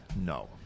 No